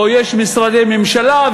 או יש משרדי ממשלה,